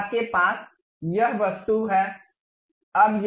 अब आपके पास वह वस्तु है